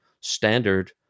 standard